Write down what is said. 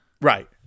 Right